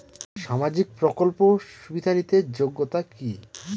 সামাজিক প্রকল্প সুবিধা নিতে যোগ্যতা কি?